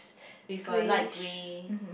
with a light grey